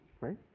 right